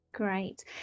Great